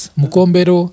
mukombero